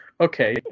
okay